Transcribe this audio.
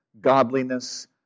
godliness